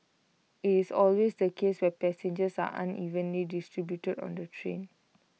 IT is always the case where passengers are unevenly distributed on the train